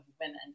women